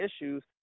issues